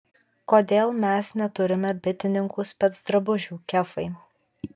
kodėl mes neturime bitininkų specdrabužių kefai